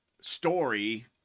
story